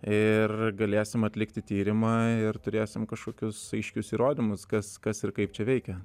ir galėsim atlikti tyrimą ir turėsim kažkokius aiškius įrodymus kas kas ir kaip čia veikia